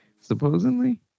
Supposedly